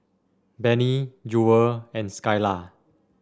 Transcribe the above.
Benny Jewel and Skylar